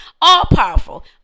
all-powerful